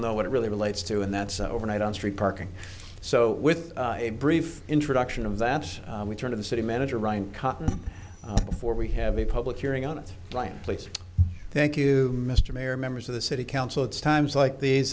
know what it really relates to and that's overnight on street parking so with a brief introduction of that we turn to the city manager ryan cotton for we have a public hearing on land please thank you mr mayor members of the city council it's times like these